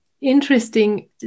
interesting